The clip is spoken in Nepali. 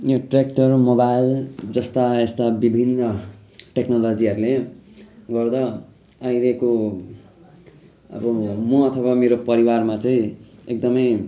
यो ट्य्राक्टर मोबाइल जस्ता यस्ता विभिन्न टेक्नोलोजीहरूले गर्दा अहिलेको अब म अथवा मेरो परिवारमा चाहिँ एकदमै